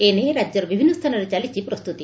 ଏ ନେଇ ରାଜ୍ୟର ବିଭିନ୍ନ ସ୍ଥାନରେ ଚାଲିଛି ପ୍ରସ୍ତୁତି